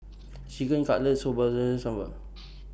Chicken Cutlet Soba Sambar